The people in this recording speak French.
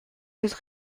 cette